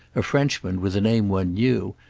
a frenchman with a name one knew,